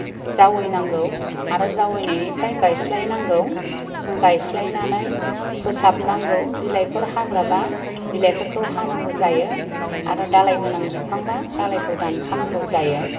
जावैयनांगौ आरो जावैयनायनिफ्राय गायस्लायनांगौ गायस्लायनानै फोसाबनांगौ बिलाइफोर हाग्राब्ला बिलाइफोरखौ हानांगौ जायो आरो दालाय गोनां बिफांबा दालायखौ दानखानांगौ जायो